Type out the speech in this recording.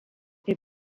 est